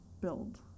build